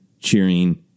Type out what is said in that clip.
cheering